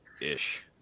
ish